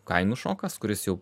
kainų šokas kuris jau